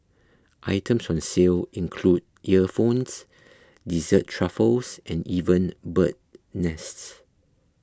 items on sale include earphones dessert truffles and even bird's nest